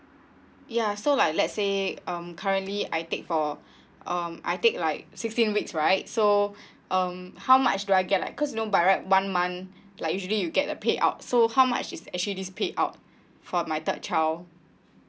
ya so like let's say um currently I take for um I take like sixteen weeks right so um how much do I get like cause you know by right one month like usually you get a payout so how much is actually this payout for my third child